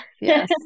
Yes